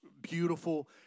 beautiful